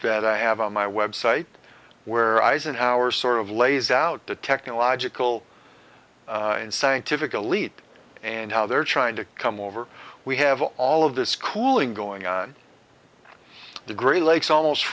that i have on my website where eisenhower sort of lays out the technological and scientific elite and how they're trying to come over we have all of this cooling going on the great lakes almost